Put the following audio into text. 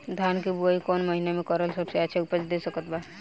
धान के बुआई कौन महीना मे करल सबसे अच्छा उपज दे सकत बा?